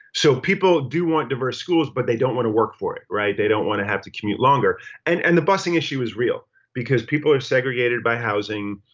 so people do want diverse schools but they don't want to work for it. right. they don't want to have to commute longer and and the busing issue is real because people are segregated by housing.